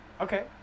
Okay